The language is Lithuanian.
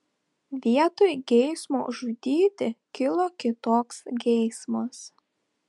vietoj geismo žudyti kilo kitoks geismas